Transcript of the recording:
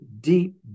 deep